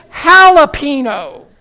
jalapeno